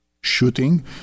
shooting